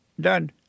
done